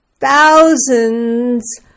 thousands